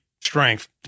strength